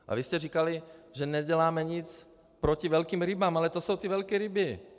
A vy jste říkali, že neděláme nic proti velkým rybám, ale to jsou ty velké ryby.